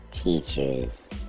Teachers